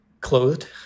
clothed